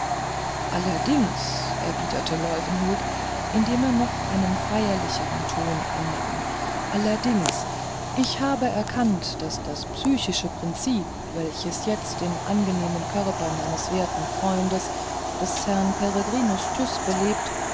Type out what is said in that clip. allerdings erwiderte leuwenhoek indem er noch einen feierlichern ton annahm allerdings ich habe erkannt daß das psychische prinzip welches jetzt den angenehmen körper meines werten freun des des herrn peregrinus tyß belebt